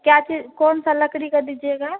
क्या चीज़ कौन सा लकड़ी का दीजिएगा